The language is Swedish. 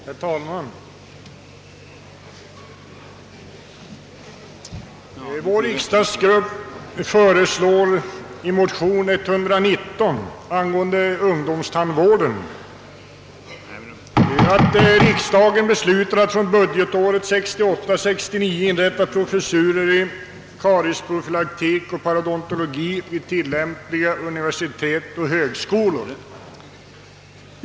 Herr talman! Vår riksdagsgrupp föreslår i de likalydande motionerna I: 90 och II:119 att riksdagen beslutar att från budgetåret 1968/69 inrätta professurer i karieprofylaktik och i parodontologi vid tillämpliga universitet och tandläkarhögskolor.